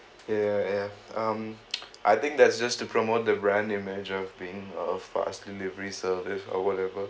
ya ya ya ya um I think that's just to promote the brand image of being a fast delivery service or whatever